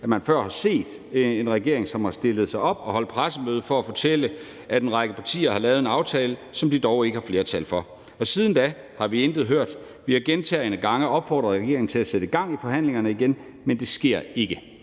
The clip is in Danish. at man før har set en regering, som har stillet sig op og holdt pressemøde for at fortælle, at en række partier har lavet en aftale, som de dog ikke har flertal for. Og siden da har vi intet hørt. Vi har gentagne gange opfordret regeringen til at sætte gang i forhandlingerne igen, men det sker ikke.